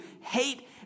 hate